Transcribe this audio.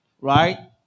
right